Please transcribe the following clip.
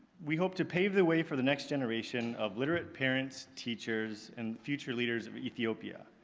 we hope to pave the way for the next generation of literate parents, teachers and future leaders of ethiopia.